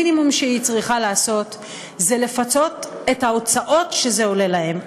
המינימום שהיא צריכה לעשות זה לפצות על ההוצאות שזה עולה להם.